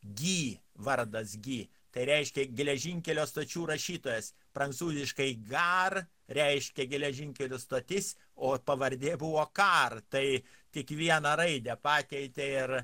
gy vardas gy tai reiškia geležinkelio stočių rašytojas prancūziškai gar reiškia geležinkelio stotis o pavardė buvo kar tai tik vieną raidę pakeitė ir